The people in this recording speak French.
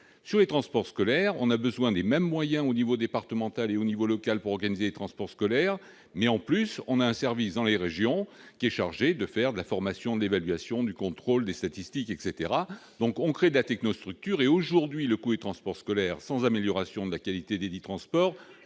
sur les transports scolaires, on a besoin des mêmes moyens au niveau départemental et au niveau local pour organiser les transports scolaires, mais en plus on a un service dans les régions, qui est chargé de faire de la formation d'évaluation du contrôle des statistiques etc donc on crée de la technostructure et aujourd'hui le coup et transports scolaires sans amélioration de la qualité des 10 transports